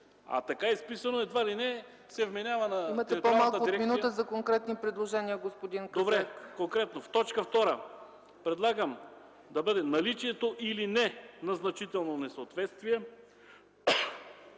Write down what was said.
а така изписано едва ли не се вменява на териториалната дирекция.